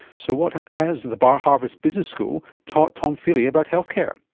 so what has the but harvard business school taught tom feeley about healthcare?